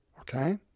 Okay